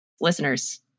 Listeners